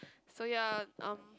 so ya um